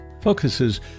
focuses